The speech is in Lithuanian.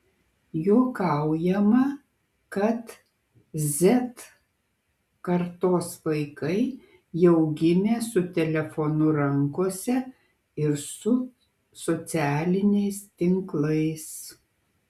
juokaujama kad z kartos vaikai jau gimė su telefonu rankose ir su socialiniais tinklais